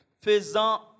faisant